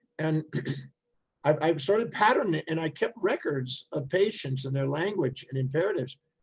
and i started patterning and i kept records of patients in their language and imperatives.